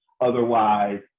Otherwise